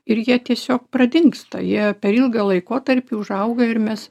ir jie tiesiog pradingsta jie per ilgą laikotarpį užauga ir mes